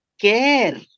care